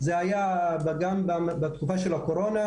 זאת השאלה ששאלתי בעניין פתיחת שלוחות.